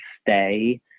stay